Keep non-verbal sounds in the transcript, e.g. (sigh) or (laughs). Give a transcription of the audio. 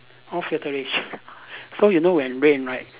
no filtration (laughs) so you know when rain right